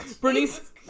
Bernice